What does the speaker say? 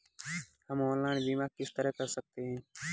हम ऑनलाइन बीमा किस तरह कर सकते हैं?